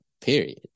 period